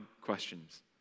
questions